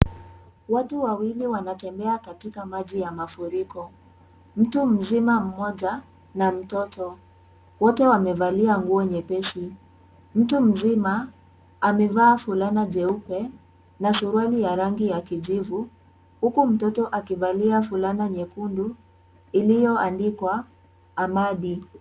Watu wawili wanatembea katika maji ya mafuriko. Mtu mzima mmoja na mtoto, wote wamevalia nguo nyepesi. Mtu mzima amevaa fulana jeupe na suruali ya rangi ya kijivu huku mtoto akivalia fulana nyekundu ilioandikwa amadi.